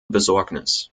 besorgnis